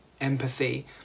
empathy